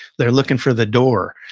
they're looking for the door.